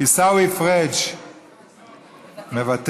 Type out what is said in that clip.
עיסאווי פריג' מוותר,